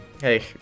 Hey